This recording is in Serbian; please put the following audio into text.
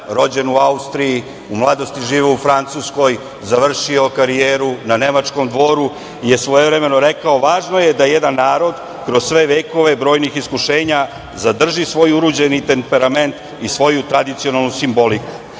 rođen u Austriji, u mladosti živeo u Francuskoj, završio karijeru na nemačkom dvoru, je svojevremeno rekao – važno je da jedan narod, kroz sve vekove brojnih iskušenja, zadrži svoj urođeni temperament i svoju tradicionalnu simboliku.